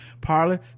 parlor